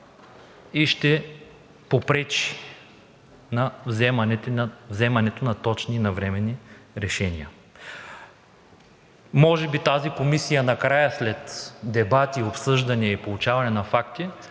и ще попречи на вземането на точни и навременни решения. Може би тази комисия накрая, след дебати, обсъждания и получаване на факти,